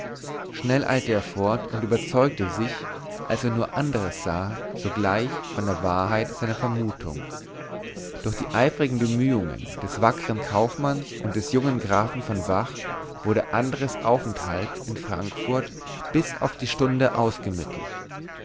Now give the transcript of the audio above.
schnell eilte er fort und überzeugte sich als er nur andres sah sogleich von der wahrheit seiner vermutung durch die eifrigen bemühungen des wackern kaufmanns und des jungen grafen von vach wurde andres aufenthalt in frankfurt bis auf die stunde ausgemittelt